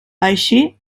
així